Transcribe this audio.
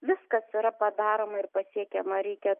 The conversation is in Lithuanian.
viskas yra padaroma ir pasiekiama reikia